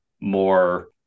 more